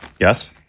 Yes